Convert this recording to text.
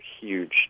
huge